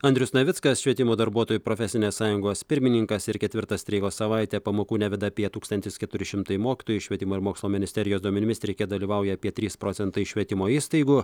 andrius navickas švietimo darbuotojų profesinės sąjungos pirmininkas ir ketvirtą streiko savaitę pamokų neveda apie tūkstantis keturi šimtai mokytojų švietimo ir mokslo ministerijos duomenimis streike dalyvauja apie trys procentai švietimo įstaigų